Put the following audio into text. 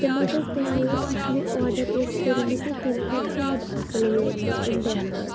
تہٕ مگر تٕ وٲتۍ یِتھ مےٚ آرڈَر ٲسۍ کٔرۍ مٕتۍ تہٕ تمہِ کھۄتہٕ زیادٕ اَصٕل وٲتۍ تہٕ تم بہتر